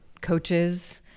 coaches